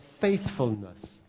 faithfulness